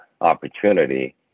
opportunity